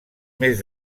mes